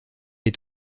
est